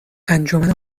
انجمن